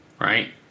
Right